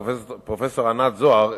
פרופסור ענת זוהר,